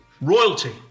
Royalty